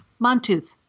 Montooth